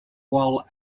while